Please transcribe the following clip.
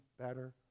better